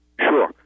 Sure